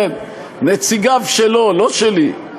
נציגיו שלו, לא שלי.